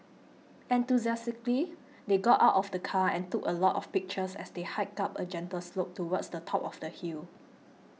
enthusiastically they got out of the car and took a lot of pictures as they hiked up a gentle slope towards the top of the hill